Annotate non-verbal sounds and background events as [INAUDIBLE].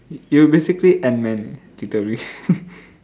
you basically ant man leh literally [LAUGHS]